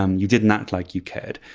um you didn't act like you cared,